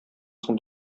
соң